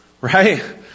right